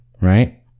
Right